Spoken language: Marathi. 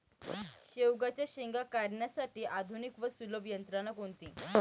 शेवग्याच्या शेंगा काढण्यासाठी आधुनिक व सुलभ यंत्रणा कोणती?